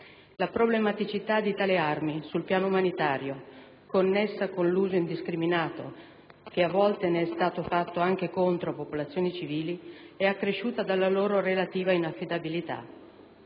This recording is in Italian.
La problematicità di tali armi sul piano umanitario, connessa con l'uso indiscriminato che a volte ne è stato fatto anche contro popolazioni civili, è accresciuta dalla loro relativa inaffidabilità.